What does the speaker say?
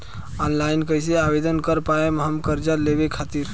Online कइसे आवेदन कर पाएम हम कर्जा लेवे खातिर?